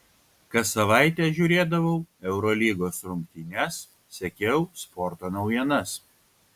kas savaitę žiūrėdavau eurolygos rungtynes sekiau sporto naujienas